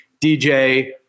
DJ